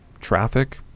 traffic